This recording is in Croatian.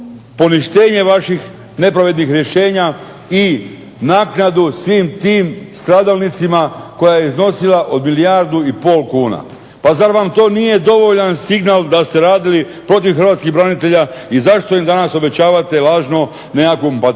poništenje vaših nepravednih rješenja i naknadu svim tim stradalnicima koja je iznosila od milijardu i pol kuna. Pa zar vam to nije dovoljan signal da ste radili protiv hrvatskih branitelja i zašto im danas obećavate lažno nekakvom patetikom